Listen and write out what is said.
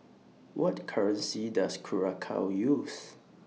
What currency Does Curacao use